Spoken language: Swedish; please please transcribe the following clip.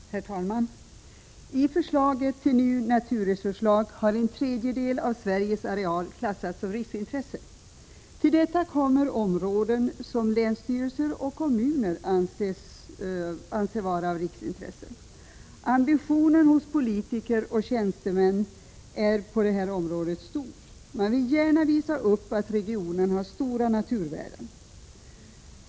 Herr talman! I förslaget till ny naturresurslag har en tredjedel av Sveriges areal klassats som riksintresse. Till detta kommer områden som länsstyrelser och kommuner anser vara av riksintresse. Ambitionen hos politiker och tjänstemän är stor på det här området. Man vill gärna visa upp att regionen har stora naturvärden.